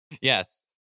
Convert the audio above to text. Yes